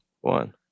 one